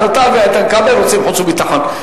אז אתה ואיתן כבל רוצים חוץ וביטחון.